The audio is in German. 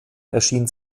erschien